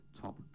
top